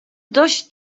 dość